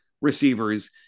receivers